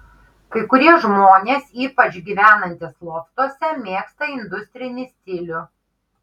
kai kurie žmonės ypač gyvenantys loftuose mėgsta industrinį stilių